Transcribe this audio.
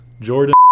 Jordan